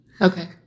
okay